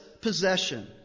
possession